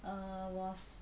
err was